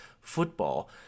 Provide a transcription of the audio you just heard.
football